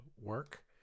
work